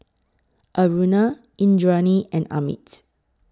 Aruna Indranee and Amit